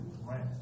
right